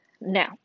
Now